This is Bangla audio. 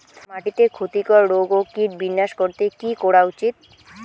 মাটিতে ক্ষতি কর রোগ ও কীট বিনাশ করতে কি করা উচিৎ?